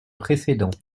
précédent